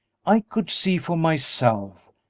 i could see for myself.